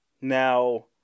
Now